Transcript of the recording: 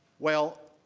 well,